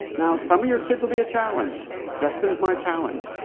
now, some of your kids will be a challenge. justyn's my challenge.